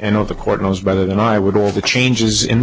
and if the court knows better than i would all the changes in the